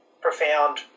profound